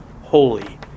holy